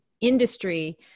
industry